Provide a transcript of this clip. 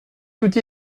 outil